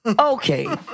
Okay